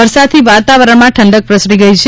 વરસાદથી વાતાવરણમાં ઠંડક પ્રસરી ગઇ છે